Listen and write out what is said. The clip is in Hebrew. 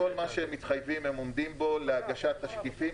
עומדים בכל מה שהם מתחייבים להגשת תשקיפים,